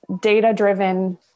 data-driven